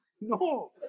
No